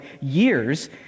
years